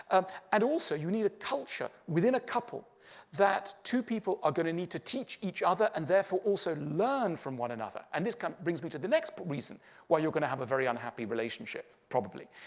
um and, also, you need a culture within a couple that two people are going to need to teach each other and, therefore, also learn from one another. and this brings me to the next reason why you are going to have a very unhappy relationship, probably.